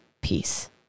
peace